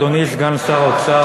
אדוני סגן שר האוצר,